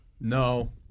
No